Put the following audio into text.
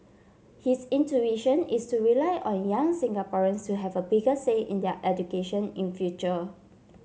his intuition is to rely on young Singaporeans to have a bigger say in their education in future